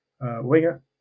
winger